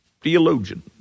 theologian